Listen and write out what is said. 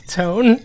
tone